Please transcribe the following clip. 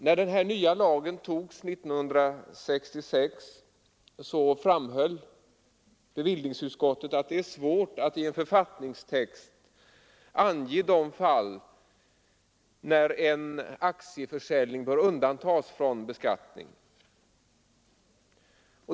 När den här nya lagen togs 1966 framhöll bevillningsutskottet att det är svårt att i en författningstext ange de fall där en aktieförsäljning bör undantas från beskattning.